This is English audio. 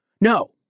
No